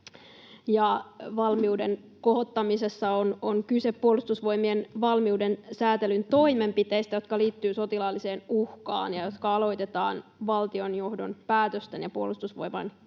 Valmiuden kohottamisessa on kyse Puolustusvoimien valmiuden säätelyn toimenpiteistä, jotka liittyvät sotilaalliseen uhkaan ja jotka aloitetaan valtionjohdon päätösten ja Puolustusvoimain komentajan